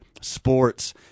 sports